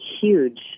huge